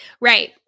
right